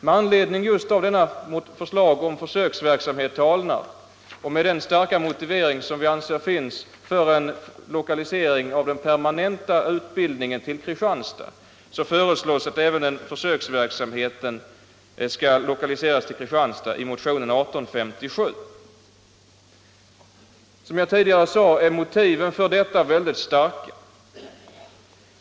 Med anledning av detta förslag om försöksverksamhet i Alnarp och med den starka motivering som vi anser finns för en lokalisering av den permanenta utbildningen till Kristianstad föreslås i motionen 1857 att även försöksverksamheten skall lokaliseras till Kristianstad. Som jag tidigare sagt är motiven härför mycket starka.